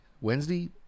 Wednesday